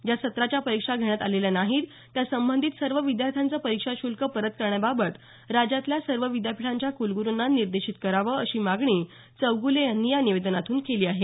ज्या सत्राच्या परीक्षा घेण्यात आलेल्या नाहीत त्या संबंधित सर्व विद्यार्थ्यांचं परीक्षा शुल्क परत करण्याबाबत राज्यातल्या सर्व विद्यापीठांच्या कुलगुरूंना निर्देशित करावं अशी मागणी चौगुले यांनी या निवेदनातून केली आहे